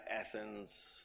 Athens